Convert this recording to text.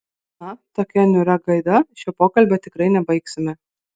na tokia niūria gaida šio pokalbio tikrai nebaigsime